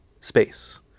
space